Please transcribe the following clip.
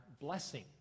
blessing